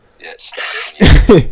yes